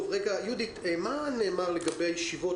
יהודית, מה נאמר לגבי הישיבות?